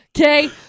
Okay